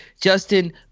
Justin